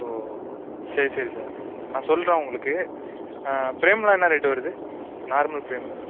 ஓ ஓ சரி சரி சார் நான் சொல்கிறேன் உங்களுக்கு ஃபிரேம்லாம் என்ன ரேட்டு வருது நார்மல் ஃபிரேம்